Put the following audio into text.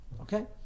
Okay